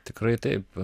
tikrai taip